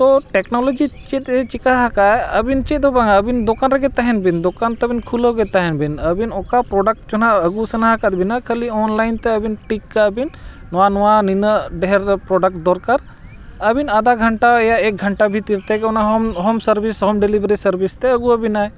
ᱛᱚ ᱴᱮᱠᱱᱳᱞᱚᱡᱤ ᱪᱮᱫ ᱮ ᱪᱤᱠᱟᱹ ᱟᱠᱟᱫ ᱟ ᱟᱹᱵᱤᱱ ᱪᱮᱫ ᱫᱚ ᱵᱟᱝᱟ ᱟᱹᱵᱤᱱ ᱫᱚᱠᱟᱱ ᱨᱮᱜᱮ ᱛᱟᱦᱮᱱ ᱵᱤᱱ ᱫᱚᱠᱟᱱ ᱛᱟᱵᱤᱱ ᱠᱷᱩᱞᱟᱹᱣ ᱜᱮ ᱛᱟᱦᱮᱱ ᱵᱤᱱ ᱟᱹᱵᱤᱱ ᱚᱠᱟ ᱯᱨᱚᱰᱟᱠᱴ ᱪᱚ ᱱᱟᱦᱟᱸᱜ ᱟᱹᱜᱩ ᱥᱟᱱᱟ ᱟᱠᱟᱫ ᱵᱤᱱᱟ ᱠᱷᱟᱹᱞᱤ ᱚᱱᱞᱟᱭᱤᱱ ᱛᱮ ᱟᱹᱵᱤᱱ ᱴᱷᱤᱠ ᱠᱟᱜ ᱵᱤᱱ ᱱᱚᱣᱟ ᱱᱚᱣᱟ ᱱᱤᱱᱟᱹᱜ ᱰᱷᱮᱨ ᱨᱮ ᱯᱨᱚᱰᱟᱠᱴ ᱫᱚᱨᱠᱟᱨ ᱟᱹᱵᱤᱱ ᱟᱫᱷᱟ ᱜᱷᱚᱱᱴᱟ ᱭᱟᱜ ᱮᱠ ᱜᱷᱚᱱᱴᱟ ᱵᱷᱤᱛᱤᱨ ᱛᱮᱜᱮ ᱚᱱᱟ home home service home delivery service ᱛᱮ ᱟᱹᱜᱩ ᱟᱹᱵᱤᱱᱟᱭ